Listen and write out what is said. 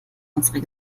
unserer